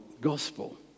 gospel